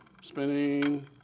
spinning